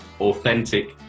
authentic